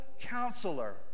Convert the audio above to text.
Counselor